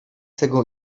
tego